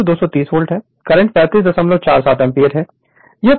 तो V 230 volt है current 3547 ampere है